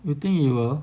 you think it will